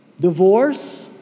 divorce